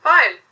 Fine